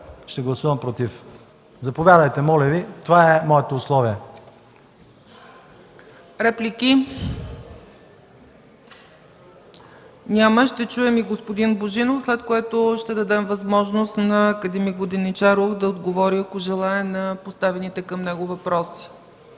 ще гласувам „против”. Заповядайте, моля Ви. Това е моето условие. ПРЕДСЕДАТЕЛ ЦЕЦКА ЦАЧЕВА: Реплики? Няма. Ще чуем и господин Божинов, след който ще дадем възможност на акад. Воденичаров да отговори, ако желае, на поставените към него въпроси.